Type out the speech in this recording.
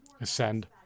ascend